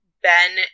Ben